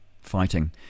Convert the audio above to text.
fighting